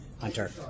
Hunter